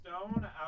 Stone